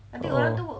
oh